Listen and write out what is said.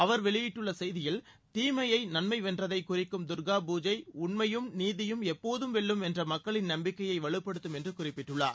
அவர் வெளியிட்டுள்ள செய்தியில் தீமையை நன்மை வென்றதைக் குறிக்கும் துர்கா பூஜை உண்மையும் நீதியும் ளப்போதும் வெல்லும் என்ற மக்களின் நம்பிக்கையை வலுப்படுததும் என்று குறிப்பிட்டுள்ளார்